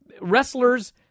Wrestlers